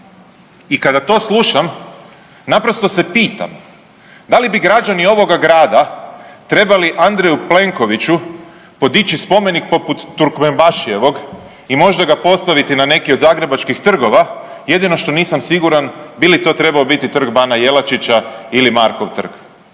I kada to slušam naprosto se pitam da li bi građani ovoga grada trebali Andreju Plenkoviću podići spomenik poput Turkmenbašijevog i možda ga postaviti na neki od zagrebačkih trgova jedino što nisam siguran bili to trebao biti Trg bana Jelačića ili Markov trg.